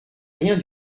rien